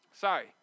sorry